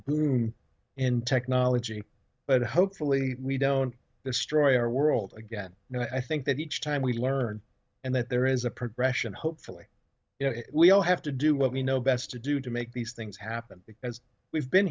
boom in technology but hopefully we don't destroy our world again and i think that each time we learn and that there is a progression hopefully you know we all have to do what we know best to do to make these things happen as we've been